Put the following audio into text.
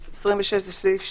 26. בסעיף 2(ד),